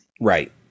Right